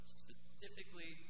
specifically